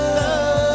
love